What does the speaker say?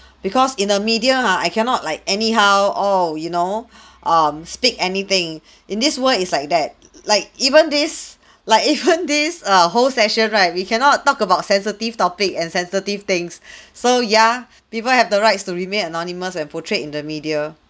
because in the media ha I cannot like anyhow oh you know um speak anything in this world is like that like even this like even this err whole session right we cannot talk about sensitive topic and sensitive things so yeah people have the rights to remain anonymous when portrayed in the media